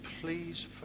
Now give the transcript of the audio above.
please